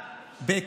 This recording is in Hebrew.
שנה.